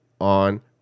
on